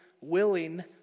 willing